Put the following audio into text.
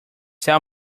tell